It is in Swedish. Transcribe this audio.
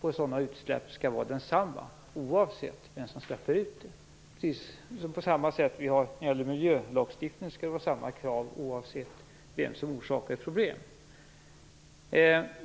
på sådana utsläpp skall vara densamma oavsett vem som gör utsläppet. På samma sätt som när det gäller miljölagstiftningen skall det vara samma krav oavsett vem som orsakar ett problem.